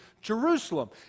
Jerusalem